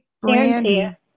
Brandy